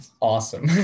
awesome